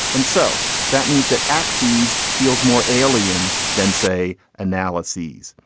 and so that means that axes feels more alien than, say, analysis.